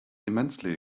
immensely